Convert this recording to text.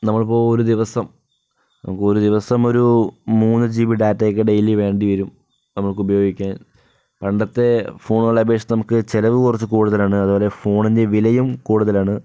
നമ്മളിപ്പോൾ ഒരു ദിവസം ഒരു ദിവസം ഒരു മൂന്ന് ജിബി ഡാറ്റയൊക്കെ ഡെയിലി വേണ്ടി വരും നമുക്ക് ഉപയോഗിക്കാൻ പണ്ടൊക്കെ ഫോണിൽ അപേക്ഷിച്ചു നമുക്ക് ചിലവ് കുറച്ചു കൂടുതൽ ആണ് അത്പോലെ ഫോണിൻ്റെ വിലയും കൂടുതൽ ആണ്